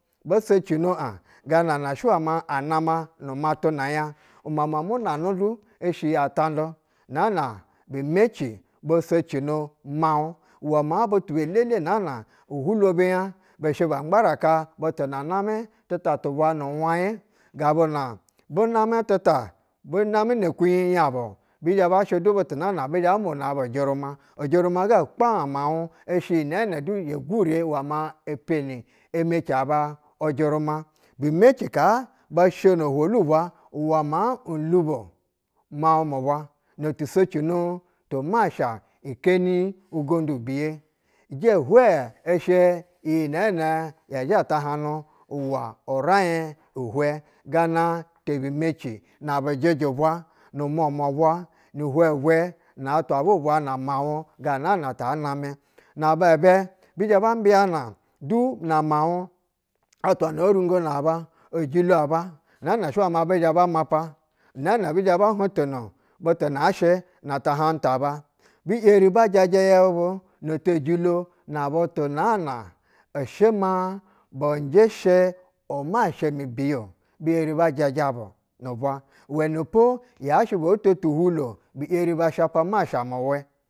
Bo socino aɧ ganana sha ma a nama nu matu na nya. U mama munanu du ishe iyi atandu unaana bimeci bo socino miauɧ uwɛ maa butu belele naana ubulwo binya bɛ shɛ ba ygbaraka butu na namɛ tuta tu bwa nu ɧwagi, gabu na bu namɛtu ta bu amɛ ne kwuɧyi nyabu, bi zhɛ ba sha du butu na bizhɛ ba muna bu ujɛruma ujɛruma ga kaaaɧ miauɧ ishɛ uji nɛɛdu ye gure wɛ ma epeni emeci aba ujɛruma. Bi meci kaa bo shino shwohi bwa nwɛ ma nlubo miauɧ mu bwa no ti socino tu masha keni ugondu biyɛ. ijɛ hwɛ ishɛ iyi nɛɛnɛ ya zha tahana uwɛ urain i hwɛ gana te bi meci na bu jɛjɛ bwa, nu mwa mwa bwa, ni ihwɛ ihwɛ, na atwa vwɛ bwa, na miauɧ ga nana ta namɛ. Na ba bɛ bi zhɛ ba mbiyana du na miauɧ atwa na oningo na ba ejilo aba naa na du ɛbi zhɛ ba mapa, nɛɛnɛ ɛbi zhɛ bo hontono butu ashɛ na tahanu taba. Bi yeri ba jaja yɛu bu ne tejilo na butu naana ishɛ ma bɛ njɛ shɛ umasha mi biye-o, bi yeri ba jaja bu nu bwa. Uwɛnɛpo yashɛ bo to tu hulo bi yeri ba shapa umasha mu wɛ.